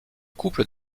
couple